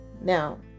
Now